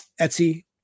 etsy